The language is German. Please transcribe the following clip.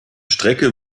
strecke